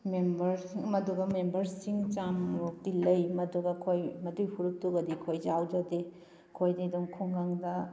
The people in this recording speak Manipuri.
ꯃꯦꯝꯕꯔꯁ ꯃꯗꯨꯗ ꯃꯦꯝꯕꯔꯁꯤꯡ ꯆꯥꯝꯃꯃꯨꯛꯇꯤ ꯂꯩ ꯃꯗꯨꯒ ꯑꯩꯈꯣꯏ ꯃꯗꯨꯏ ꯐꯨꯔꯨꯞꯇꯨꯗꯗꯤ ꯑꯩꯈꯣꯏ ꯌꯥꯎꯖꯗꯦ ꯑꯩꯈꯣꯏꯗꯤ ꯑꯗꯨꯝ ꯈꯨꯡꯒꯪꯗ